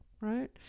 right